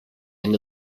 end